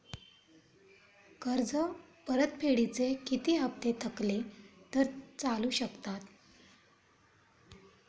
कर्ज परतफेडीचे किती हप्ते थकले तर चालू शकतात?